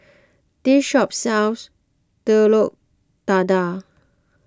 this shop sells Telur Dadah